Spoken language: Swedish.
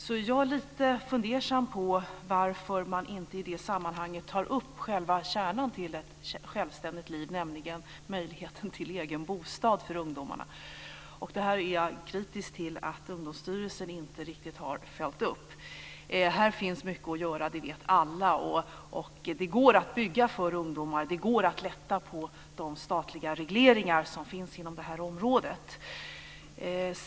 Jag är lite fundersam över varför man inte i det sammanhanget tar upp själva kärnan när det gäller ett självständigt liv, nämligen möjligheten till en egen bostad för ungdomarna. Jag är kritisk till att Ungdomsstyrelsen inte riktigt har följt upp det. Här finns mycket att göra - det vet alla. Och det går att bygga för ungdomar. Det går att lätta på de statliga regleringar som finns inom det här området.